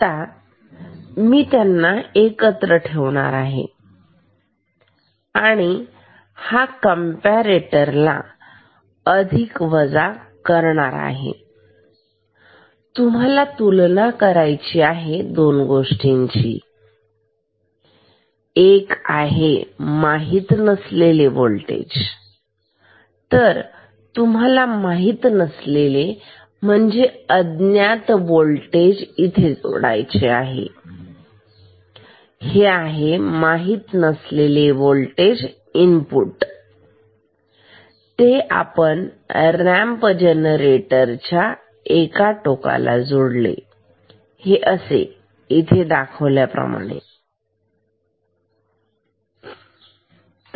आता मी त्यांना एकत्र ठेवला आहे आणि हा कंपेरेटरला अधिक वजा केला आहे तुम्हाला तुलना करायची आहे दोन गोष्टींची एक आहे माहीत नसलेल्या वोल्टेजची तर तुम्हाला माहीत नसलेले अज्ञात वोल्टेज इथे जोडायचे आहे हे माहीत नसलेले वोल्टेज आहे हे इनपुट आहे ते आपण रॅम्प जनरेटरच्या एक टोकाला जोडले आहे आणि हे अशा पद्धतीने जोडलेले आहे